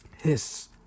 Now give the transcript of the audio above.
Hiss